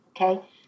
Okay